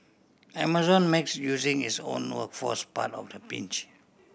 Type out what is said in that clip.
Amazon makes using its own workforce part of the pitch